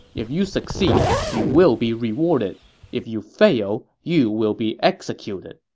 if you succeed, you will be rewarded if you fail, you will be executed.